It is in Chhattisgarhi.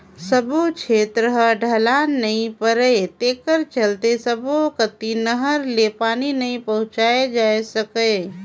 सब्बो छेत्र ह ढलान नइ परय तेखर चलते सब्बो कति नहर ले पानी नइ पहुंचाए जा सकय